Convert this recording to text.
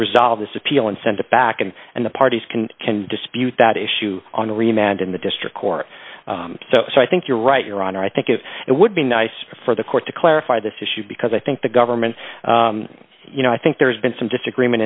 resolve this appeal and send it back and and the parties can can dispute that issue on remand in the district court so i think you're right your honor i think if it would be nice for the court to clarify this issue because i think the government you know i think there's been some disagreement